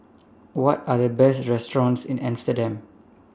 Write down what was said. What Are The Best restaurants in Amsterdam